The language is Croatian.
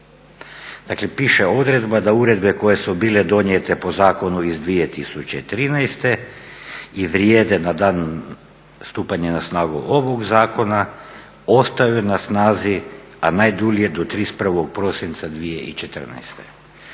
Dakle, piše odredba da uredbe koje su bile donijete po zakonu iz 2013. i vrijede na dan stupanja na snagu ovog zakona ostaju na snazi, a najdulje do 31. prosinca 2014.